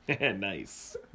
Nice